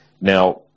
Now